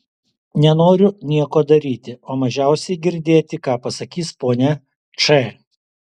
nenoriu nieko daryti o mažiausiai girdėti ką pasakys ponia č